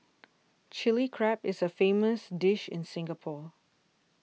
Chilli Crab is a famous dish in Singapore